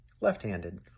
left-handed